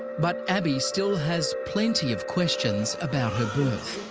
but abii still has plenty of questions about birth.